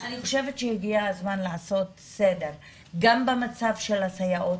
אני חושבת שהגיע הזמן לעשות סדר גם במצב של הסייעות,